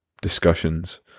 discussions